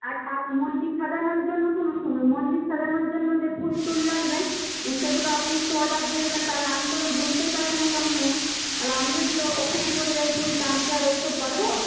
আর থাক মন্দির সাজানোর জন্য শুনুন শুনুন মন্দির সাজানোর জন্য যে ফুল টুল লাগবে সেগুলো আপনি একটু অর্ডার দিয়ে দেবেন কারণ আমি তো বুঝতেই পারছেন একদমই ইয়ে তাহলে আমি যদি ওখানে চলে যাই তুলতে আমি কি আর ওইসব পারব